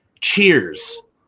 Cheers